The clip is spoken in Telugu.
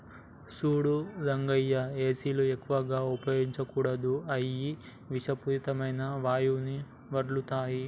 సూడు రంగయ్య ఏసీలు ఎక్కువగా ఉపయోగించకూడదు అయ్యి ఇషపూరితమైన వాయువుని వదులుతాయి